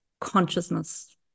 consciousness